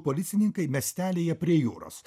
policininkai miestelyje prie jūros